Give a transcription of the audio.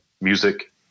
music